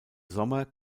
sommer